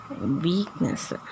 weakness